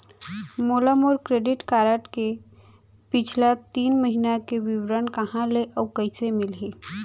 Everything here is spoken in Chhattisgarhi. मोला मोर क्रेडिट कारड के पिछला तीन महीना के विवरण कहाँ ले अऊ कइसे मिलही?